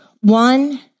One